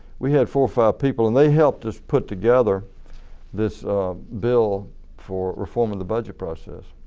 we had four or five people and they helped us put together this bill for reforming the budget process.